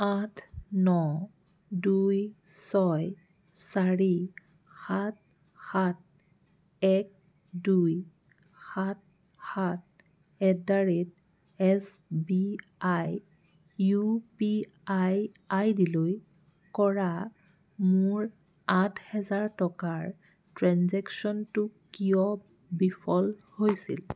আঠ ন দুই ছয় চাৰি সাত সাত এক দুই সাত সাত at the rate S B I U P I আইডিলৈ কৰা মোৰ আঠ হেজাৰ টকাৰ ট্ৰেঞ্জেক্শ্য়নটো কিয় বিফল হৈছিল